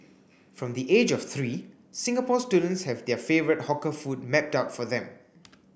from the age of three Singapore students have their favourite hawker food mapped out for them